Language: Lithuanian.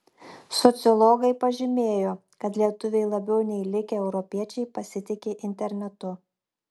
sociologas pažymėjo kad lietuviai labiau nei likę europiečiai pasitiki internetu